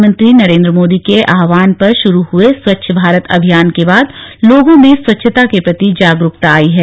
प्रधानमंत्री नरेन्द्र मोदी के आह्वान पर शुरू हुए ख्वच्छ भारत अभियान के बाद लोगों में स्वच्छता के प्रति जागरूकता आई है